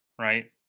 right